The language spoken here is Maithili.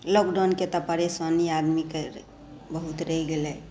लॉकडाउनके परेशानी तऽ आदमीके बहुत रहि गेलै